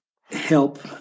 help